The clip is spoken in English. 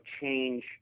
change